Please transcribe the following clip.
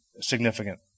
significant